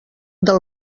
del